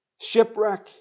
Shipwreck